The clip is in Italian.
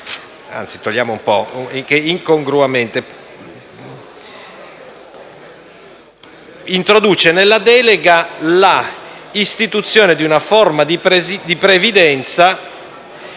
del relatore, che incongruamente introduce nella delega l'istituzione di una forma di previdenza